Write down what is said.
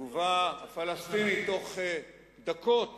התגובה הפלסטינית בתוך דקות